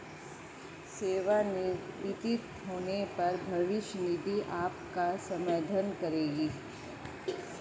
सेवानिवृत्त होने पर भविष्य निधि आपका समर्थन करेगी